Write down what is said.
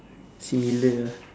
similar ah